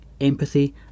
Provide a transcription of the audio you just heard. empathy